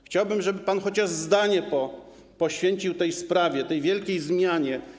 Chciałbym, żeby pan chociaż zdanie poświęcił tej sprawie, tej wielkiej zmianie.